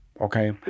okay